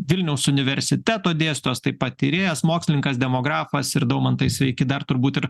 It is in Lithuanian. vilniaus universiteto dėstytojas taip pat tyrėjas mokslininkas demografas ir daumantai sveiki dar turbūt ir